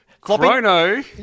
Chrono